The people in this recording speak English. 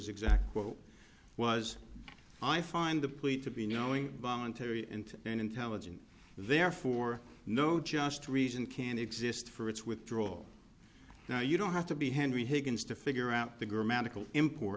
exact quote was i find the point to be knowing voluntary and an intelligent therefore no just reason can exist for it's withdraw now you don't have to be henry higgins to figure out the grammatical import